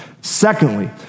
Secondly